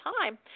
time